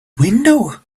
window